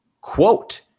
quote